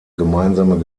gemeinsame